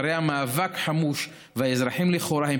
שהרי המאבק חמוש והאזרחים לכאורה הם